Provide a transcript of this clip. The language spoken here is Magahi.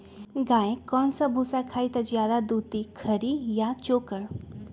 गाय कौन सा भूसा खाई त ज्यादा दूध दी खरी या चोकर?